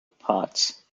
parts